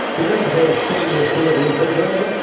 he doesn't say a stainless steel refrigerator.